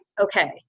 okay